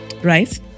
Right